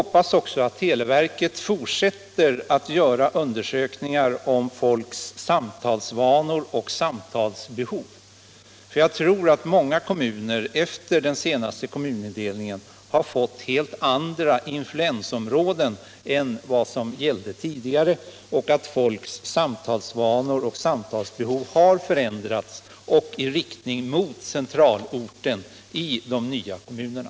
Jag hoppas också att televerket fortsätter att göra undersökningar om folks samtalsvanor och samtalsbehov. Jag tror att många kommuner efter den senaste kommunindelningen har fått helt andra influensområden än tidigare och att människors samtalsvanor och samtalsbehov har förändrats i riktning mot centralorten i de nya kommunerna.